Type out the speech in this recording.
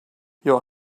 your